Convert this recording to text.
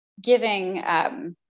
giving